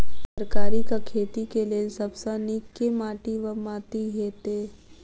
तरकारीक खेती केँ लेल सब सऽ नीक केँ माटि वा माटि हेतै?